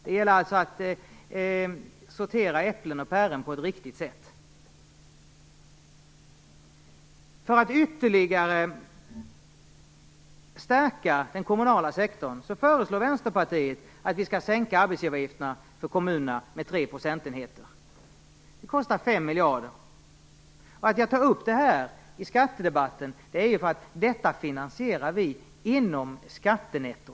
Det gäller alltså att sortera äpplen och päron på ett riktigt sätt. För att ytterligare stärka den kommunala sektorn föreslår Vänsterpartiet att vi skall sänka arbetsgivaravgifterna för kommunerna med tre procentenheter. Det kostar 5 miljarder. Att jag tar upp detta i skattedebatten är för att vi finansierar detta inom skattenettot.